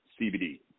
CBD